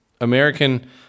American